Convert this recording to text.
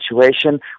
situation